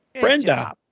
Brenda